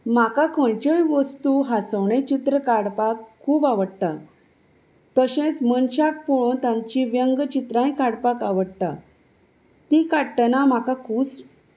म्हाका खंयच्योय वस्तू हांसोवणें चित्र काडपाक खूब आवडटा तशेंच मनशाक पळोवन तांचीं व्यंग चित्रांय काडपाक आवडटा तीं काडटना म्हाका खोस